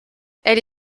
elle